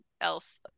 else